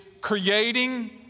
creating